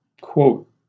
quote